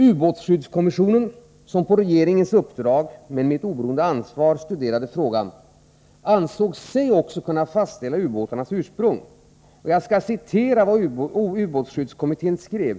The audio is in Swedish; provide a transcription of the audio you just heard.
Ubåtsskyddskommissionen, som på regeringens uppdrag — men med ett oberoende ansvar — studerade frågan, ansåg sig också kunna fastställa ubåtarnas ursprung. Jag skall citera vad ubåtsskyddskommissionen skrev.